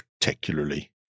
particularly